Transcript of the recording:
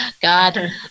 God